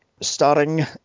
starring